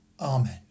Amen